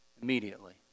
Immediately